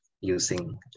using